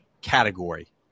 category